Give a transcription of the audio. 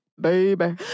baby